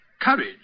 courage